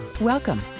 Welcome